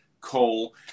coal